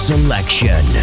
Selection